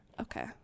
Okay